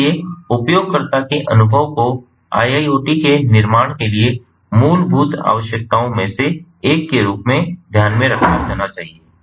इसलिए उपयोगकर्ता के अनुभव को IIoT के निर्माण के लिए मूलभूत आवश्यकताओं में से एक के रूप में ध्यान में रखा जाना चाहिए